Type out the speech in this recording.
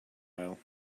aisle